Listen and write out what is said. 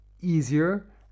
easier